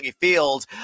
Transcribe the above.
Field